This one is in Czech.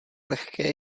lehké